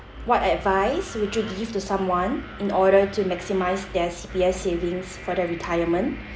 what advice would you give to someone in order to maximise their C_P_F savings for their retirement